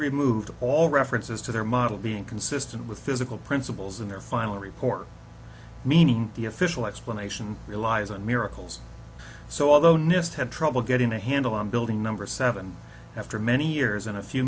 removed all references to their model being consistent with physical principles in their final report meaning the official explanation relies on miracles so although nest had trouble getting a handle on building number seven after many years and a few